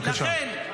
בבקשה.